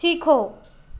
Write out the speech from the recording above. सीखो